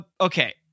okay